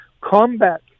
combat